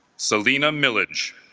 salina millage